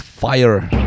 Fire